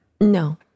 No